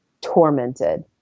tormented